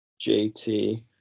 JT